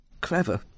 Clever